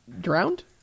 Drowned